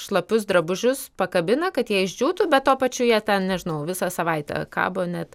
šlapius drabužius pakabina kad jie išdžiūtų bet tuo pačiu jie ten nežinau visą savaitę kabo net